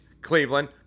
Cleveland